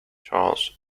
charles